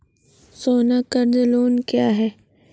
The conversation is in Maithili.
सोना कर्ज लोन क्या हैं?